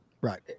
Right